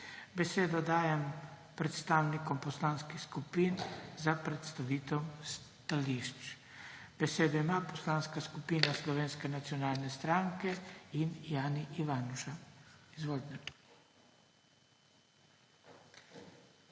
Besedo dajem predstavnikom poslanskih skupin za predstavitev stališč. Besedo ima Poslanska skupina Slovenske nacionalne stranke, Jani Ivanuša. Izvolite.